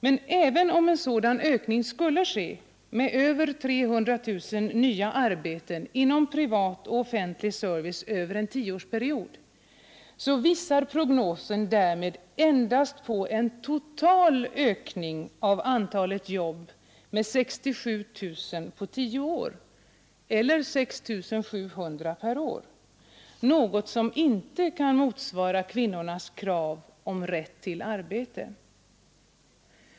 Men även om en sådan ökning skulle ske med över 300 000 nya arbeten inom privat och offentlig service över en tioårsperiod visar prognosen därmed endast på en total ökning av antalet jobb med 67 000 på tio år eller 6 700 per år, något som inte kan motsvara kvinnornas krav på rätt till arbete.